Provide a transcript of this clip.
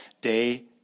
day